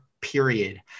period